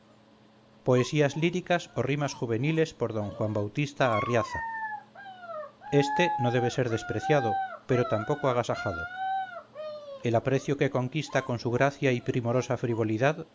poesías líricas o rimas juveniles por don juan bautista arriaza este no debe ser despreciado pero tampoco agasajado el aprecio que conquista con su gracia y primorosa frivolidad